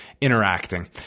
interacting